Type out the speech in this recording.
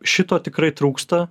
šito tikrai trūksta